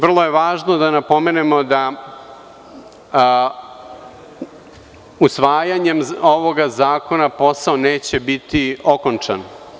Vrlo je važno da napomenemo da usvajanjem ovog zakona posao neće biti okončan.